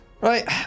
Right